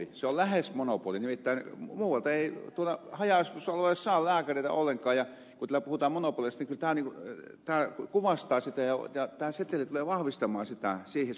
se on lähes monopoli nimittäin muualta ei tuolla haja asutusalueelle saa lääkäreitä ollenkaan ja kun täällä puhutaan monopolista niin tämä kuvastaa sitä ja tämä seteli tulee vahvistamaan siihen suuntaan menoa